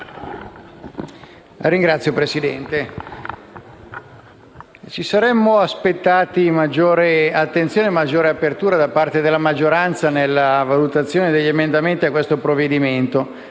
Signor Presidente, ci saremmo aspettati una maggiore attenzione e apertura da parte della maggioranza nella valutazione degli emendamenti al provvedimento